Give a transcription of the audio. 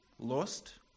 lost